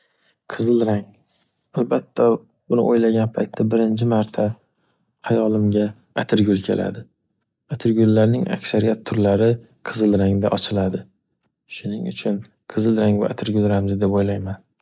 Qizil rang. Albatta buni o‘ylagan paytda birinchi marta hayolimga atirgul keladi. Atirgullarning aksariyat turlari qizil rangda ochiladi. Shuning uchun qizil rang bu atirgul ramzi deb o‘ylayman.